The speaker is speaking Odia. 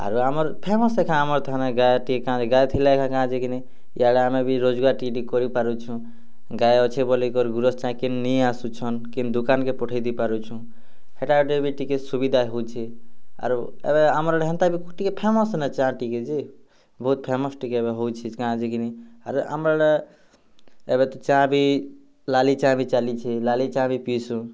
ଅରୁ ଆମର୍ ଫେମସ୍ ଏକା ଆମର୍ ଠାନେ ଗାଏ ଟିକେ କାଁଜିକି ଗାଏ ଥିଲେ ଏକା କାଁ ଜେକିନି ଇଆଡ଼େ ଆମେ ରୋଜ୍ଗାର୍ ଟିକେ ଟିକେ କରିପାରୁଛୁ ଗାଏ ଅଛେ ବୋଲି କେ ନେଇ ଆସୁଛନ୍ କେନ୍ ଦୁକାନ୍କେ ପଠେଇ ଦେଇ ପାରୁଛନ୍ ହେଟା ଟିକେ ବି ସୁବିଧା ହୋଉଛି ଆରୁ ଏବେ ଆମର୍ ଆଡ଼େ ହେନ୍ତା ବି ଟିକେ ଫେମସ୍ ନେ ଚା' ଟିକେ ଯେ ବହୁତ୍ ଫେମସ୍ ଟିକେ ଏବେ ହଉଛେ କାଁଜିକିନି ଆର୍ ଆମର୍ ଆଡ଼େ ଏବେ ତ ଚା' ବି ଲାଲି ଚା' ଚାଲିଛେ ଲାଲି ଚା' ବି ପିସୁ